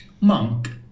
Monk